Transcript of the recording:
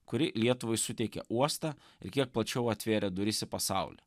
kuri lietuvai suteikė uostą ir kiek plačiau atvėrė duris į pasaulį